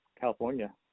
California